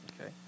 Okay